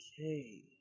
okay